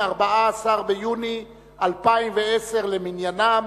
14 ביוני 2010 למניינם,